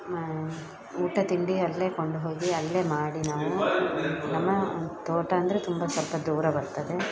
ನಾವು ಊಟ ತಿಂಡಿ ಅಲ್ಲೇ ಕೊಂಡು ಹೋಗಿ ಅಲ್ಲೇ ಮಾಡಿ ನಾವು ನಮ್ಮ ತೋಟ ಅಂದರೆ ತುಂಬ ಸ್ವಲ್ಪ ದೂರ ಬರ್ತದೆ